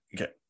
Okay